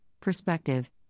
perspective